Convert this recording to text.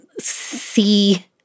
see